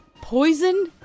poison